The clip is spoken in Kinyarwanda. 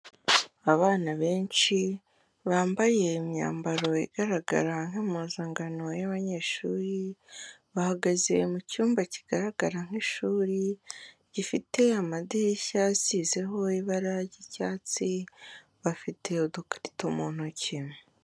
Abana benshi bambaye imyambaro igaragara nk'impuzankano y'abanyeshuri, bahagaze mu cyumba kigaragara nk'ishuri gifite amadirishya asizeho ibara ry'icyatsi, bafite udukarito mu ntoki.